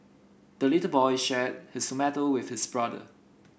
the little boy shared his tomato with his brother